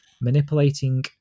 manipulating